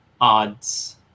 odds